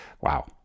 Wow